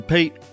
Pete